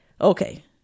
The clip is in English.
Okay